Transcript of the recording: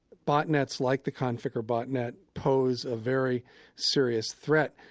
botnets like the conficker botnet pose a very serious threat.